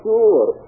Sure